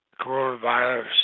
coronavirus